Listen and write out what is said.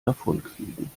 davonfliegen